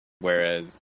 whereas